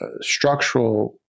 structural